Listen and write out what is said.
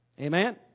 Amen